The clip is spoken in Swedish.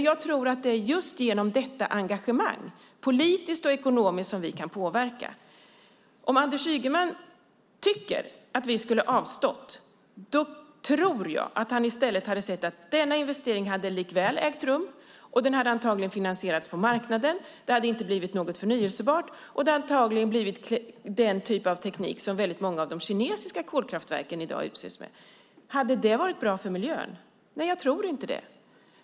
Jag tror att det är just genom politiskt och ekonomiskt engagemang som vi kan påverka. Om vi, som Anders Ygeman tycker, hade avstått tror jag att han hade fått se att denna investering hade ägt rum ändå. Den hade antagligen finansierats på marknaden. Det hade inte blivit något förnybart. Det hade antagligen blivit den typ av teknik som många av de kinesiska kolkraftverken i dag förses med. Hade det varit bra för miljön? Nej, jag tror inte det.